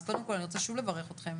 אז קודם כל אני רוצה שוב לברך אתכם